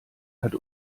hat